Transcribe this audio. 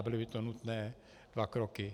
Byly by to nutné dva kroky.